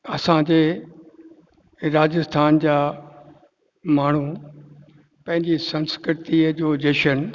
असांजे राजस्थान जा माण्हू पंहिंजी संस्कृतीअ जो जशन